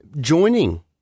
joining